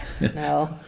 No